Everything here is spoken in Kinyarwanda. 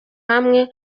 hamwe